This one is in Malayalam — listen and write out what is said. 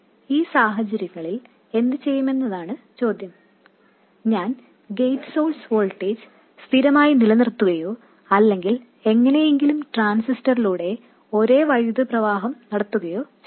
ഈ സാഹചര്യങ്ങളിൽ എന്തുചെയ്യണമെന്നതാണ് ചോദ്യം ഞാൻ ഗേറ്റ് സോഴ്സ് വോൾട്ടേജ് സ്ഥിരമായി നിലനിർത്തണോ അതോ എങ്ങനെയെങ്കിലും ട്രാൻസിസ്റ്ററിലൂടെ ഒരേ വൈദ്യുത പ്രവാഹം നടത്തണോ എന്നതാണ്